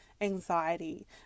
anxiety